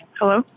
Hello